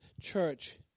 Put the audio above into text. church